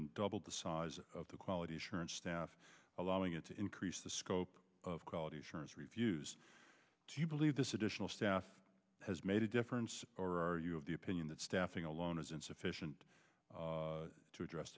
than doubled the size of the quality assurance staff allowing it to increase the scope of quality assurance refuse to believe this additional staff has made a difference or are you of the opinion that staffing alone is insufficient to address